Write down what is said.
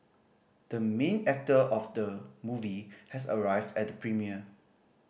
the main actor of the movie has arrived at the premiere